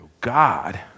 God